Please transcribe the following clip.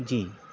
جی